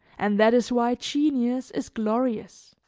and that is why genius is glorious